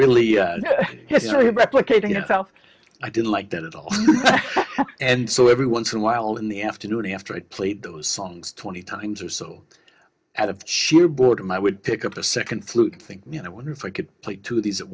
really has really replicating itself i didn't like that at all and so every once in a while in the afternoon after i'd played those songs twenty times or so out of sheer boredom i would pick up the second flute think me and i wonder if i could play two of these at